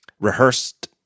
rehearsed